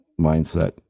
mindset